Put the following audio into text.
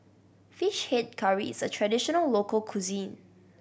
Fish Head Curry is a traditional local cuisine